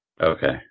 Okay